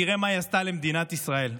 תראה מה היא עשתה למדינת ישראל.